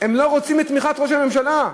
לא רוצים את תמיכת ראש הממשלה.